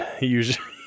usually